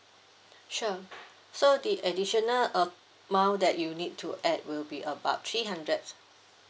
sure so the additional amount that you need to add will be about three hundred